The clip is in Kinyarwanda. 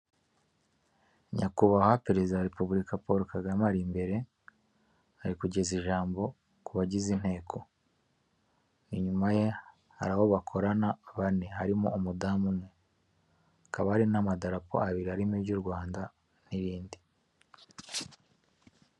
Nyakubahwa perezida wa repubulika Paul Kagame ari imbere ari kugeza ijambo ku bagize inteko, inyuma ye hari abo bakorana bane, hakaba harimo umudamu umwe, hakaba haei n'amadarapo abiri harimo iry'u Rwanda n'irindi.